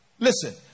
Listen